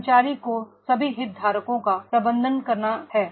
कर्मचारी को सभी हितधारकों का प्रबंधन करना है